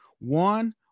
one